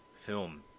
film